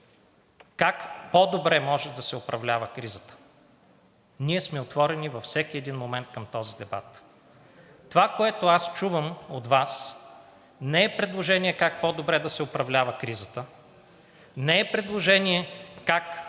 как по-добре може да се управлява кризата, ние сме отворени във всеки един момент към този дебат. Това, което аз чувам от Вас, не е предложение как по-добре да се управлява кризата, не е предложение как